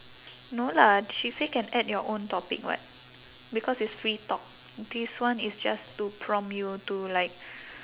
no lah she say can add your own topic [what] because it's free talk this one is just to prompt you to like